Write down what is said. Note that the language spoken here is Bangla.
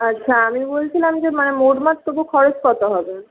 আচ্ছা আমি বলছিলাম যে মানে মোটামুটি তবু কত খরচ হবে